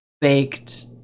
baked